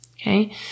okay